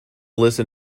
listen